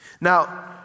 Now